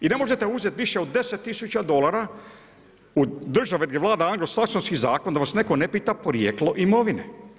I ne možete uzeti više od 10 tisuća dolara u državi gdje vlada anglosaksonski zakon da vas neko ne pita porijeklo imovine.